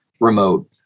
remote